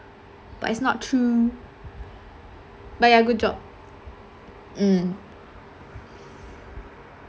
but it's not true but ya good job mm